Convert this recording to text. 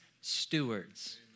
stewards